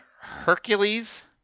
hercules